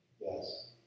Yes